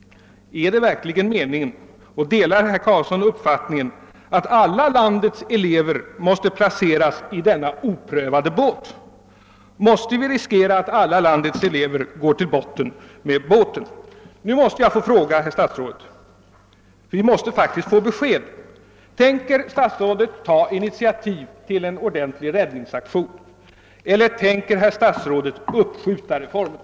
Är det verkligen meningen — och delar herr Carlsson den uppfattningen — att alla landets elever måste placeras i denna oprövade båt? Måste vi riskera att alla landets elever går till botten med båten? Vi måste faktiskt få besked. Tänker statsrådet ta initiativ till en ordentlig räddningsaktion, eller ämnar statsrådet uppskjuta reformen?